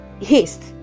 haste